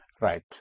Right